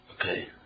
Okay